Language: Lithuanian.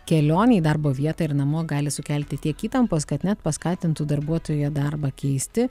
į kelionė į darbo vietą ir namo gali sukelti tiek įtampos kad net paskatintų darbuotoją darbą keisti